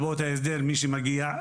מרפאות ההסדר מי שמגיע,